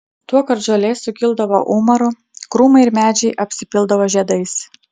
tuokart žolė sukildavo umaru krūmai ir medžiai apsipildavo žiedais